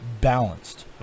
balanced